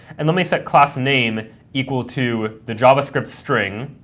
and let me set class name equal to the javascript string